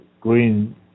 Green